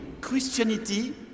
Christianity